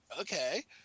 Okay